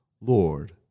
lord